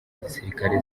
gisirikare